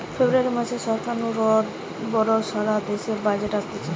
ফেব্রুয়ারী মাসে সরকার নু বড় সারা দেশের বাজেট অসতিছে